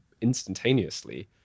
instantaneously